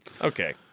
Okay